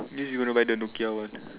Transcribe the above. means you want to buy the Nokia [one]